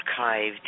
archived